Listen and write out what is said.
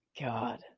God